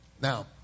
Now